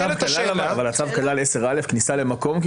הצו כלל 10א כניסה למקום?